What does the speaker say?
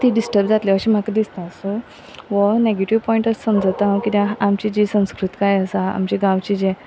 ती डिस्टर्ब जातले अशें म्हाका दिसता सो नेगेटीव पॉयंट असमजता हांव किद्या आमची जी संस्कृतकाय आसा आमचे गांवचे जे